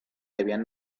habían